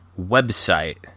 website